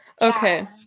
Okay